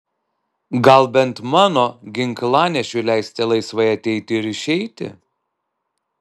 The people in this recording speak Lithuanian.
gal bent mano ginklanešiui leisite laisvai ateiti ir išeiti